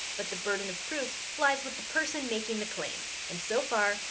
but the burden of proof lies with the person making the claim. and so far,